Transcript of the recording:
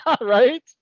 right